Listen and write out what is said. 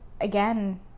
again